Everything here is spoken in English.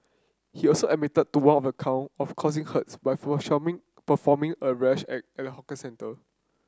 he also admitted to one of the count of causing hurt by performing a rash act at a hawker centre